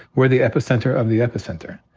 we're the epicenter of the epicenter.